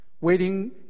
waiting